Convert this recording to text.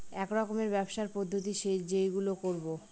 এক রকমের ব্যবসার পদ্ধতি যেইগুলো করবো